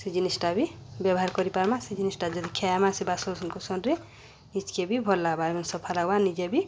ସେ ଜିନିଷ୍ଟା ବି ବ୍ୟବହାର୍ କରିପାର୍ମା ସେ ଜିନିଷ୍ଟା ଯଦି ଖାଏମା ସେ ବାସନ୍କୁସନ୍ରେ ନିଜ୍କେ ବି ଭଲ୍ ଲାଗ୍ବା ଏବଂ ସଫା ଲାଗ୍ବା ନିଜେ ବି